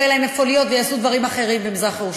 לא יהיה להם איפה להיות ויעשו דברים אחרים במזרח-ירושלים.